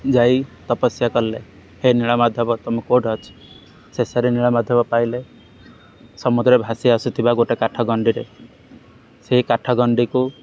ଯାଇ ତପସ୍ୟା କଲେ ହେ ନୀଳମାଧବ ତୁମେ କେଉଁଠି ଅଛି ଶେଷରେ ନୀଳମାଧବ ପାଇଲେ ସମୁଦ୍ରରେ ଭାସି ଆସୁଥିବା ଗୋଟିଏ କାଠଗଣ୍ଡିରେ ସେଇ କାଠଗଣ୍ଡିକୁ